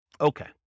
Okay